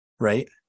Right